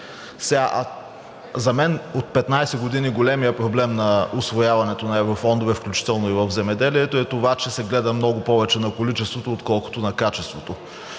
За мен от 15 години големият проблем на усвояването на еврофондове, включително и в земеделието, е това, че се гледа много повече на количеството, отколкото на качеството,